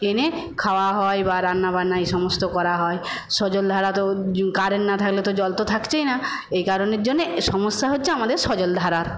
এনে খাওয়া হয় বা রান্না বান্না এই সমস্ত করা হয় সজলধারাতেও কারেন্ট না থাকলে তো জল তো থাকছেই না এই কারণের জন্যে সমস্যা হচ্ছে আমাদের সজলধারার